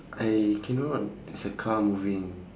I cannot there's a car moving